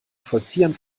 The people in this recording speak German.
vollziehern